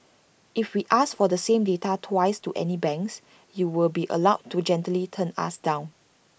if we ask for the same data twice to any banks you will be allowed to gently turn us down